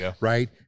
right